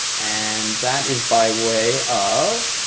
and that is by way of,